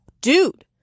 dude